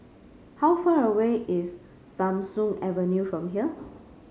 how far away is Tham Soong Avenue from here